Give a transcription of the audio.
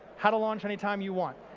how to launch any time you want?